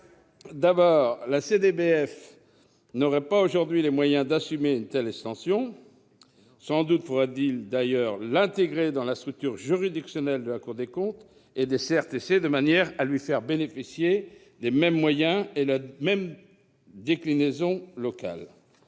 d'abord, la Cour n'aurait pas aujourd'hui les moyens d'assumer une telle extension. Sans doute faudrait-il d'ailleurs l'intégrer dans la structure juridictionnelle de la Cour des comptes et des CRTC, de manière à lui faire bénéficier des mêmes moyens et de la même déclinaison locale.